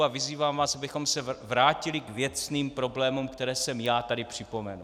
A vyzývám vás, abychom se vrátili k věcným problémům, které jsem já tady připomenul.